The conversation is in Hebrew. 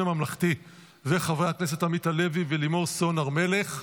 הממלכתי וחברי הכנסת עמית הלוי ולימור סון הר מלך.